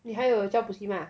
你还有教补习吗